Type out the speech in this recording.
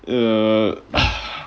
uh